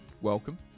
welcome